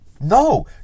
No